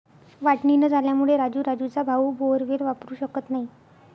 वाटणी न झाल्यामुळे राजू राजूचा भाऊ बोअरवेल वापरू शकत नाही